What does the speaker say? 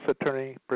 attorney